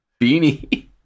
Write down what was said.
beanie